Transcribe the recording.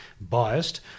biased